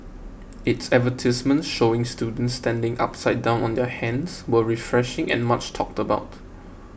its advertisements showing students standing upside down on their hands were refreshing and much talked about